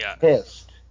pissed